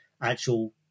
actual